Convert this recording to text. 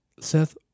Seth